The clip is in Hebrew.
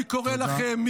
אני קורא לכם,